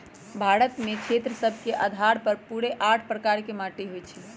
भारत में क्षेत्र सभ के अधार पर पूरे आठ प्रकार के माटि होइ छइ